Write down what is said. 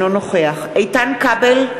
אינו נוכח איתן כבל,